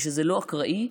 ושזה לא אקראי,